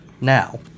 now